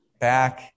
back